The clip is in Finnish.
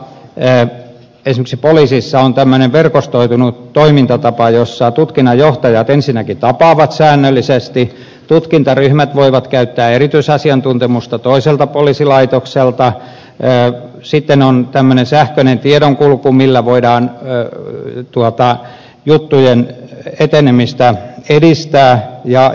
samoin esimerkiksi poliisissa on tämmöinen verkostoitunut toimintatapa jossa ensinnäkin tutkinnan johtajat tapaavat säännöllisesti tutkintaryhmät voivat käyttää toisen poliisilaitoksen erityisasiantuntemusta sitten on tämmöinen sähköinen tiedonkulku millä voidaan juttujen etenemistä edistää